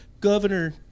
governor